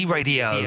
Radio